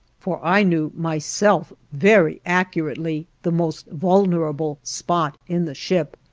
for i knew myself very accurately the most vulnerable spot in the ship.